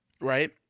right